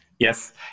Yes